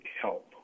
help